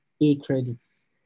A-Credits